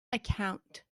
account